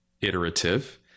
iterative